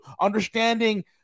understanding